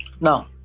Now